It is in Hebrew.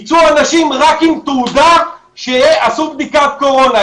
ייצאו אנשים רק עם תעודה שעשו בדיקת קורונה.